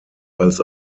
als